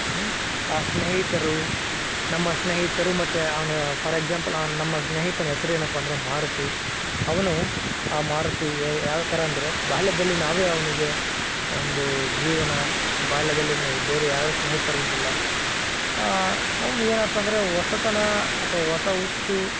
ಊಂ ಆ ಸ್ನೇಹಿತರು ನಮ್ಮ ಸ್ನೇಹಿತರು ಮತ್ತು ಅವನ ಫಾರ್ ಎಕ್ಜಾಂಪಲ್ ಅವ್ನ ನಮ್ಮ ಸ್ನೇಹಿತನ ಹೆಸರೇನಪ್ಪ ಅಂದರೆ ಮಾರುತಿ ಅವನು ಆ ಮಾರುತಿ ಯಾವ ಥರ ಅಂದರೆ ಬಾಲ್ಯದಲ್ಲಿ ನಾವೇ ಅವನಿಗೆ ಒಂದು ಜೀವನ ಬಾಲ್ಯದಲ್ಲಿನ ಬೇರೆ ಯಾರೂ ಸ್ನೇಹಿತರಿದ್ದಿಲ್ಲ ಅವ್ನು ಏನಂತಂದ್ರೆ ಹೊಸತನ ಅಥವಾ ಹೊಸ ಹುಚ್ಚು